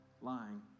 lying